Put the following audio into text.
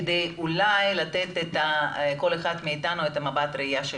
כדי שכל אחד מאיתנו ייתן את נקודת המבט שלו.